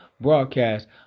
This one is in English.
broadcast